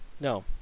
no